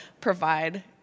provide